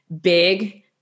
big